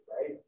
right